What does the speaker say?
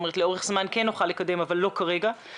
לאורך זמן כן נוכל לקדם אבל לא כרגע.